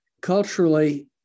culturally